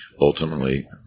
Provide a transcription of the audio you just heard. Ultimately